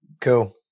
Cool